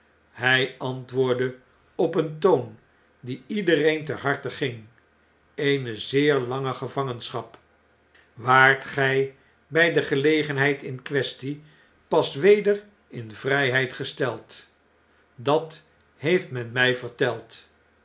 hij antwoordde op een toon die iedereen ter harte ging eene zeer lange gevangenschap waart go bij de gelegenheid in quaestie pas weder in vrjjheid gesteld dat heeft men mij verteld